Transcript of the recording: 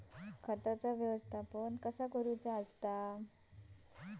खताचा व्यवस्थापन कसा करायचा?